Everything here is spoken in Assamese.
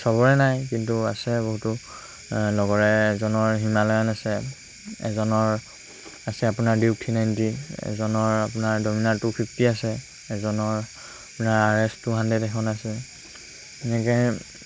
চবৰে নাই কিন্তু আছে বহুতো লগৰে এজনৰ হিমালয়ন আছে এজনৰ আছে আপোনাৰ ডিউক থ্ৰী নাইণ্টি এজনৰ আপোনাৰ ড'মিনাৰ টু ফিফটি আছে এজনৰ আপোনাৰ আৰ এছ টু হাণ্ড্ৰেড এখন আছে এনেকৈ